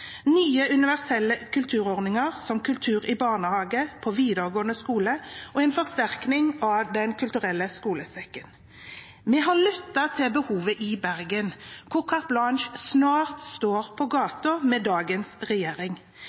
nye universelle kulturordninger, som kultur i barnehage og på videregående skole, og forsterking av Den kulturelle skolesekken. Vi har lyttet til behovet i Bergen, hvor Carte Blanche med dagens regjering snart står på